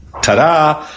Tada